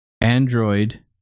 Android